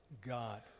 God